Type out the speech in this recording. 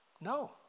No